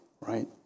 right